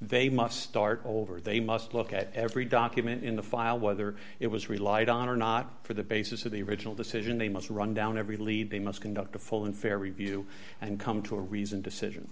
they must start over they must look at every document in the file whether it was relied on or not for the basis of the original decision they must run down every lead they must conduct a full and fair review and come to a reasoned decision